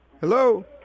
Hello